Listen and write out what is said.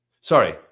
sorry